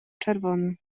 czerwony